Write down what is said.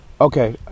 Okay